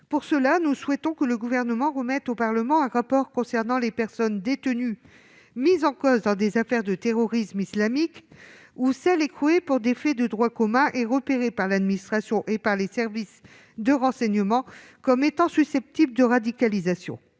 Pour ce faire, nous souhaitons que le Gouvernement remette au Parlement un rapport concernant les personnes détenues mises en cause dans des affaires de terrorisme islamique ou celles qui ont été écrouées pour des faits de droit commun et repérées par l'administration et les services de renseignement comme étant susceptibles de radicalisation.